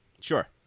Sure